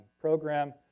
program